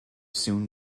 soon